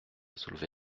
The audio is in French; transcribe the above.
soulevé